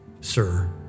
sir